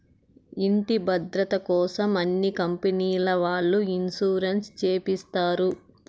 ఇంటి భద్రతకోసం అన్ని కంపెనీల వాళ్ళు ఇన్సూరెన్స్ చేపిస్తారు